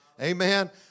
Amen